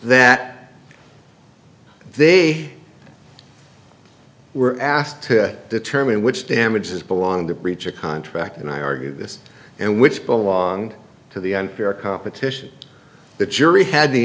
that they were asked to determine which damages belong to breach of contract and i argued this and which belonged to the unfair competition the jury had the